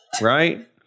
right